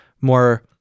more